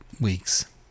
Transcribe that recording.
weeks